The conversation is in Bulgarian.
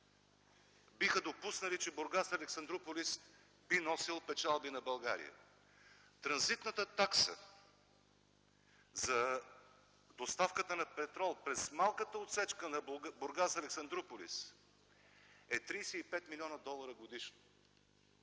биха допуснали, че „Бургас – Александруполис” би носил печалби на България. Транзитната такса за доставката на петрол през малката отсечка на „Бургас – Александруполис” е 35 млн. долара годишно.